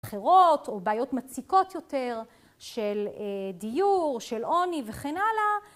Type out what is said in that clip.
אחרות או בעיות מציקות יותר של דיור, של עוני וכן הלאה.